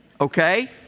Okay